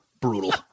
Brutal